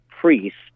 priests